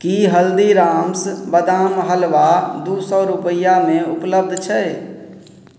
कि हल्दीराम्स बदाम हलवा दुइ सओ रुपैआमे उपलब्ध छै